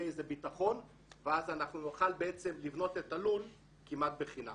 איזה ביטחון ואז נוכל לבנות את הלול כמעט בחינם.